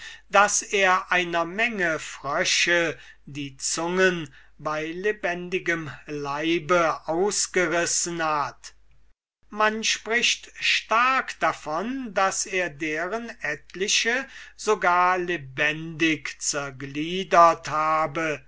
daß er einer menge von fröschen die zungen bei lebendigem leibe ausgerissen hat man spricht stark davon daß er deren etliche sogar lebendig zergliedert habe